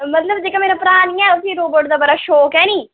मतलब जेह्का नुआढ़ा भ्राऽ निं ऐ उस्सी रोबोट दा बड़ा शौक ऐ निं